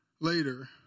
later